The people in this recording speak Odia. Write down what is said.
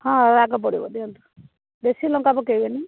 ହଁ ରାଗ ପଡ଼ିବ ଦିଅନ୍ତୁ ବେଶୀ ଲଙ୍କା ପକେଇବେନି